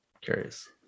Curious